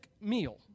meal